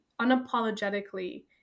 unapologetically